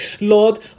Lord